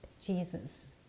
Jesus